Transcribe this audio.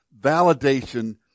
validation